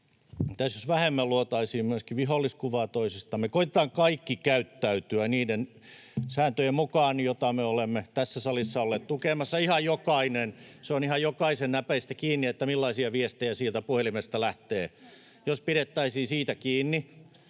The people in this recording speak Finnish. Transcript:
jos vähemmän luotaisiin myöskin viholliskuvaa toisistamme. Koetetaan kaikki käyttäytyä niiden sääntöjen mukaan, joita me olemme tässä salissa olleet tukemassa, ihan jokainen. Se on ihan jokaisen näpeistä kiinni, millaisia viestejä sieltä puhelimesta lähtee. Jos pidettäisiin siitä kiinni.